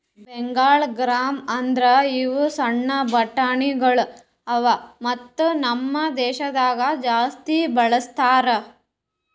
Bengal gram ಅಂದುರ್ ಇವು ಸಣ್ಣ ಬಟಾಣಿಗೊಳ್ ಅವಾ ಮತ್ತ ನಮ್ ದೇಶದಾಗ್ ಜಾಸ್ತಿ ಬಳ್ಸತಾರ್